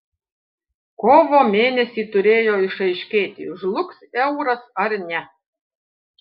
kovo mėnesį turėjo išaiškėti žlugs euras ar ne